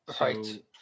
right